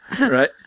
Right